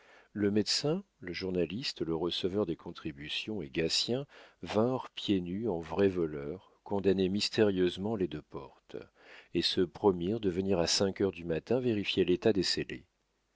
le médecin le journaliste le receveur des contributions et gatien vinrent pieds nus en vrais voleurs condamner mystérieusement les deux portes et se promirent de venir à cinq heures du matin vérifier l'état des